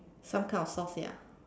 some kind of sauce ya